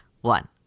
one